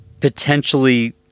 potentially